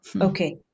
okay